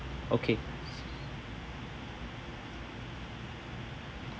okay